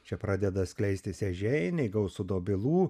čia pradeda skleistis ežeiniai gausu dobilų